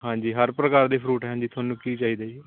ਹਾਂਜੀ ਹਰ ਪ੍ਰਕਾਰ ਦੇ ਫਰੂਟ ਹੈ ਜੀ ਤੁਹਾਨੂੰ ਕੀ ਚਾਹੀਦਾ ਜੀ